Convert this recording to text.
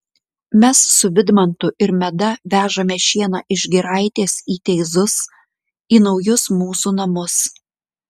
mes su vidmantu ir meda vežame šieną iš giraitės į teizus į naujus mūsų namus